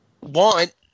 want